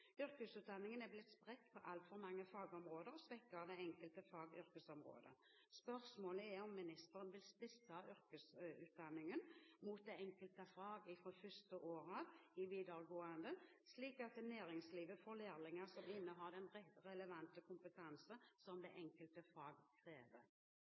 Yrkesutdanningen er blitt spredt på altfor mange fagområder, svekket av det enkelte fags yrkesområde. Spørsmålet er om ministeren vil spisse yrkesutdanningen mot det enkelte fag fra første år i videregående skole, slik at næringslivet får lærlinger som innehar den relevante kompetanse som